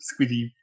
squiddy